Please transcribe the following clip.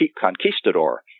conquistador